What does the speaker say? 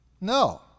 No